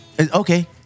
Okay